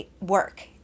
work